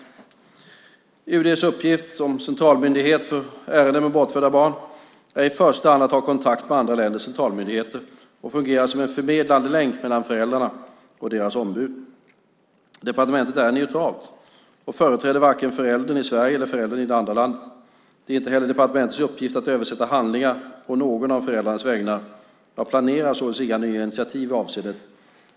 Utrikesdepartementets uppgift, som centralmyndighet för ärenden om bortförda barn, är i första hand att ha kontakt med andra länders centralmyndigheter och fungera som en förmedlande länk mellan föräldrarna och deras ombud. Departementet är neutralt och företräder varken föräldern i Sverige eller föräldern i det andra landet. Det är inte heller departementets uppgift att översätta handlingar på någon av föräldrarnas vägnar. Jag planerar således inga nya initiativ i det avseendet.